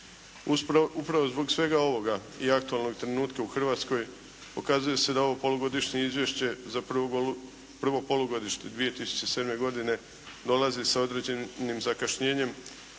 Upravo zbog svega ovoga i aktualnog trenutka u Hrvatskoj pokazuje se da ovo polugodišnje izvješće za prvo polugodište 2007. godine dolazi sa određenim zakašnjenjem